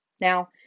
Now